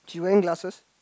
she wearing glasses